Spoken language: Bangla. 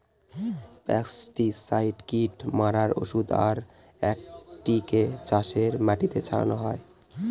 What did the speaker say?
পেস্টিসাইড কীট মারার ঔষধ আর এটিকে চাষের মাটিতে ছড়ানো হয়